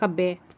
ਖੱਬੇ